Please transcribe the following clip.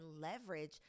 leverage